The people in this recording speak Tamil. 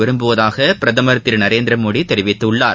விரும்புவதாக பிரதமர் திரு நரேந்திர மோடி தெரிவித்துள்ளார்